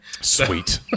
Sweet